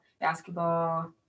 basketball